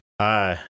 Hi